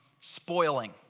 spoiling